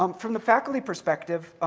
um from the faculty perspective,